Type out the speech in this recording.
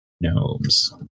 gnomes